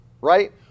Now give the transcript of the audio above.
right